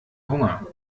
hunger